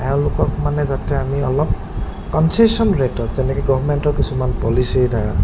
তেওঁলোকক মানে যাতে আমি অলপ কনচেশ্বন ৰেটত যেনেকৈ গভমেণ্টৰ কিছুমান পলিচিৰদ্বাৰা